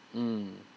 mm